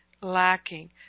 lacking